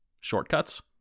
shortcuts